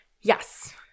Yes